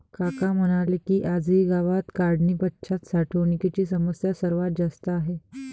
काका म्हणाले की, आजही गावात काढणीपश्चात साठवणुकीची समस्या सर्वात जास्त आहे